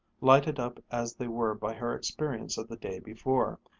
lighted up as they were by her experience of the day before,